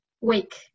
wake